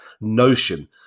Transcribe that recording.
Notion